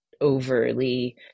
overly